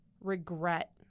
regret